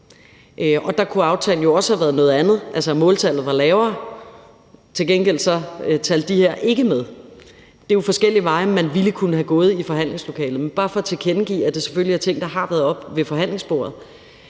Der kunne aftalen jo også have været noget andet, altså at måltallet var lavere. Til gengæld talte de her så ikke med. Det er jo forskellige veje, man ville kunne have gået i forhandlingslokalet, men det er bare for at tilkendegive, at det selvfølgelig er nogle ting, der har været oppe ved forhandlingsbordet.